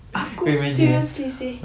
aku seriously seh